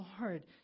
Lord